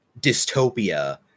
dystopia